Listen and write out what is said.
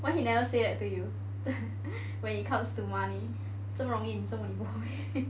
why he never say that to you when it comes to money 这么容易这么你不会